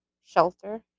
shelter